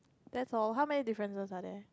that's all how many differences are there